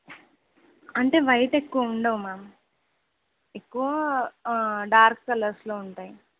అంటే వైట్ ఎక్కువ ఉండవు మ్యామ్ ఎక్కువ డార్క్ కలర్స్లో ఉంటాయి